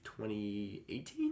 2018